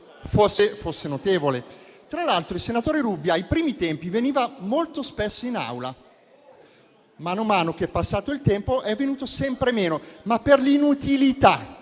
Tra l'altro, il senatore Rubbia i primi tempi veniva molto spesso in Aula; mano a mano che è passato il tempo è venuto sempre meno, ma per l'inutilità